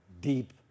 deep